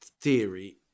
theory